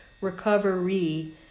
recovery